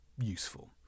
useful